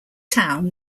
town